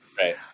Right